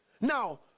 Now